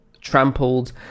trampled